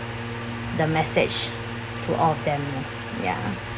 the message to all of them lor ya